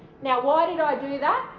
now why did i do that?